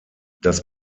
das